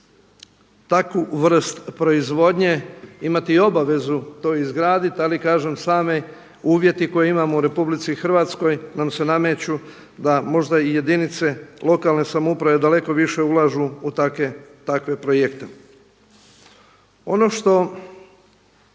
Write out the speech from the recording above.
takvu vrstu proizvodnje imati i obavezu to izgraditi ali kažem sami uvjeti koje imamo u RH nam se nameću da možda i jedinice lokalne samouprave daleko više ulažu u takve projekte. Ono što